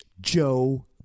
Joe